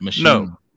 No